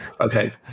Okay